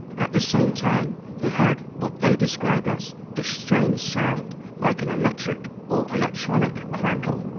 at the same time, they heard what they described as a strange sound like an electric or electronic crackle.